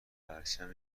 پرچم